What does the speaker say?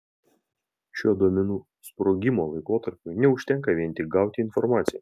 šiuo duomenų sprogimo laikotarpiu neužtenka vien tik gauti informaciją